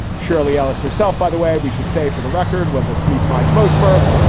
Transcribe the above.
shirley alice herself, by the way, we should say, for the record, was a sammy smyth's most murf.